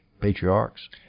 patriarchs